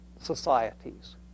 societies